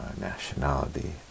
nationality